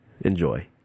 Enjoy